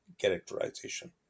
characterization